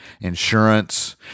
insurance